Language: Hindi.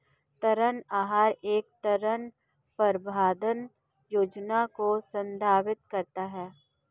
ऋण आहार एक ऋण प्रबंधन योजना को संदर्भित करता है